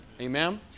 Amen